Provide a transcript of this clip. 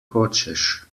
hočeš